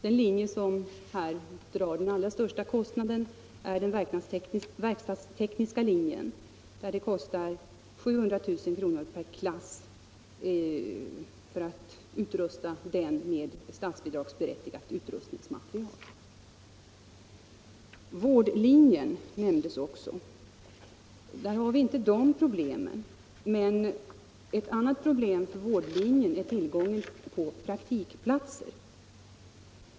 Den linje som här drar den allra största kostnaden är den verkstadstekniska linjen, där utrustningen med statsbidragsberättigad undervisningsmateriel kostar 700 000 kr. per klass. Vårdlinjen nämndes också. Ett problem när det gäller denna linje är tillgången på praktikplatser.